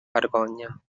vergonya